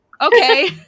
okay